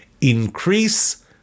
increase